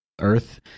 Earth